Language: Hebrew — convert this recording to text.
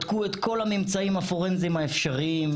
בדקו את כל הממצאים הפורנזיים האפשריים,